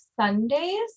Sundays